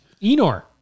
Enor